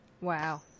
Wow